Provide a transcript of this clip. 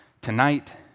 tonight